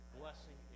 blessing